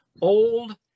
old